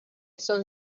son